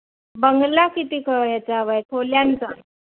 बंगला किती खोल्याचा हवा आहे खोल्यांचा